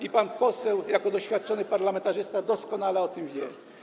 I pan poseł jako doświadczony parlamentarzysta doskonale o tym wie.